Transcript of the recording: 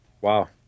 Wow